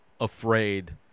afraid